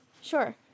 Sure